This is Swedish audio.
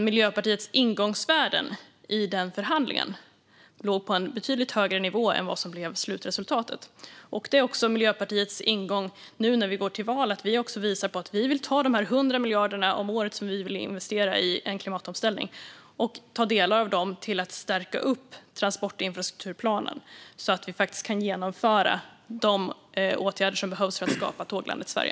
Miljöpartiets ingångsvärden i den förhandlingen låg på en betydligt högre nivå än vad som blev slutresultatet. Det är också Miljöpartiets ingång nu när vi går till val. Vi vill ta de här 100 miljarderna om året, investera i en klimatomställning och ta delar av dem till att stärka transportinfrastrukturplanen, så att vi kan genomföra de åtgärder som behövs för att skapa tåglandet Sverige.